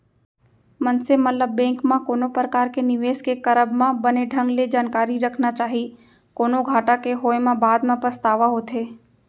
मनसे मन ल बेंक म कोनो परकार के निवेस के करब म बने ढंग ले जानकारी रखना चाही, कोनो घाटा के होय म बाद म पछतावा होथे